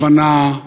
להבנה,